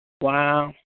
Wow